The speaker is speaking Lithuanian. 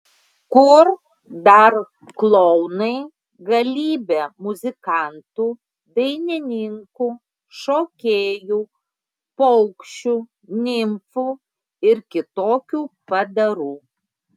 kur dar klounai galybė muzikantų dainininkų šokėjų paukščių nimfų ir kitokių padarų